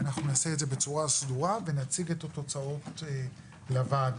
נעשה זאת בצורה סדורה ונציג את התוצאות לוועדה